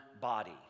body